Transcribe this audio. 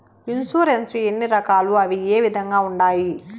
insurance ఎన్ని రకాలు అవి ఏ విధంగా ఉండాయి